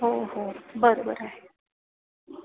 हो हो बरं बरं आहे